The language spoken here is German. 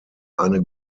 eine